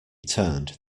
turned